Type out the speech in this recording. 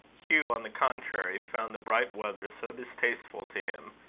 hugh, on the contrary, found the bright weather so distasteful to him,